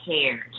cared